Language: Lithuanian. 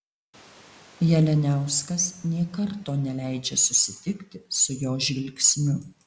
jalianiauskas nė karto neleidžia susitikti su jo žvilgsniu